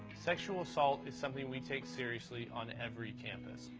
sexual assault is something we take seriously on every campus.